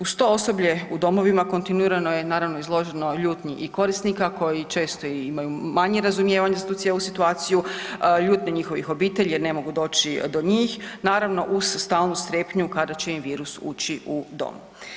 Uz to osoblje u domovima kontinuirano je naravno izloženo ljutnji i korisnika koji često imaju manje razumijevanja za tu cijelu situaciju, ljutnje njihovih obitelji jer ne mogu doći do njih, naravno uz stalnu strepnju kada će im virus ući u dom.